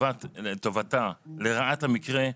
לרעת המקרה,